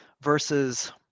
versus